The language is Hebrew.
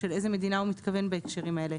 של איזה מדינה הוא מתכוון בהקשרים האלה.